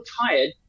tired